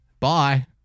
Bye